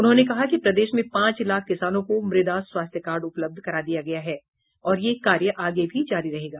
उन्होंने कहा कि प्रदेश में पांच लाख किसानों को मृदा स्वास्थ्य कार्ड उपलब्ध करा दिया गया है और यह कार्य आगे भी जारी रहेगा